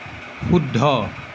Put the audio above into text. শুদ্ধ